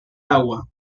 agua